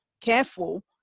careful